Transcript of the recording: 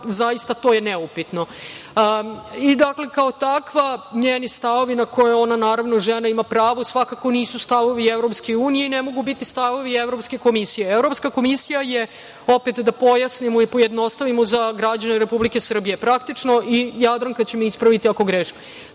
zaista to je neupitno. Dakle, kao takva, njeni stavovi na koje ona naravno žena ima pravo, svakako nisu stavovi EU i ne mogu biti stavovi Evropske komisije. Evropska komisija je, opet da pojasnimo i pojednostavimo za građane Republike Srbije, i Jadranka će me ispraviti ako grešim,